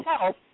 help